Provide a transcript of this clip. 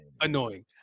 annoying